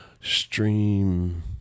Stream